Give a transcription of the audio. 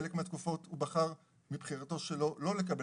בחלק מהתקופות הוא בחר מבחירתו שלו לא לקבל